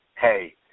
Hey